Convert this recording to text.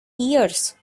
years